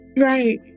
Right